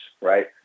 right